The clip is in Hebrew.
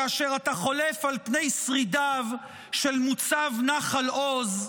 כאשר אתה חולף על פני שרידיו של מוצב נחל עוז,